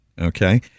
Okay